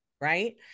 right